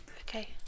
Okay